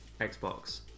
Xbox